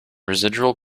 residual